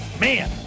Man